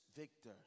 Victor